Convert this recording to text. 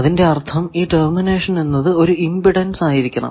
അതിന്റെ അർഥം ഈ ടെർമിനേഷൻ എന്നത് ഒരു ഇമ്പിഡൻസ് ആയിരിക്കണം